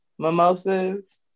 mimosas